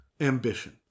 Ambition